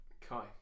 Kai